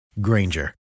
Granger